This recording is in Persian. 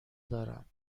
دارم